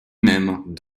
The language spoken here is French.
même